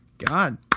god